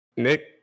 Nick